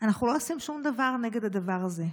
אנחנו לא עושים שום דבר נגד הדבר הזה,